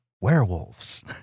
werewolves